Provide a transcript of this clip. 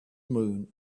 moon